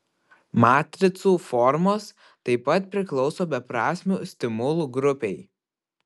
matricų formos taip pat priklauso beprasmių stimulų grupei